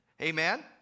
Amen